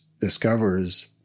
discovers